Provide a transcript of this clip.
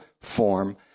form